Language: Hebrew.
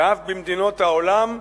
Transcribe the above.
ואף במדינות העולם.